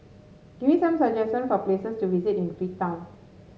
give me some suggestions for places to visit in Freetown